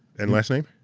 and last name?